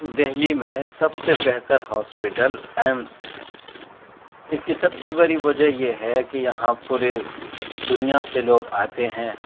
دہلی میں سب سے بہتر ہاسپٹل ایمس ہے اس کی سب سے بڑی وجہ یہ ہے کہ یہاں پورے دنیا سے لوگ آتے ہیں